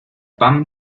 pan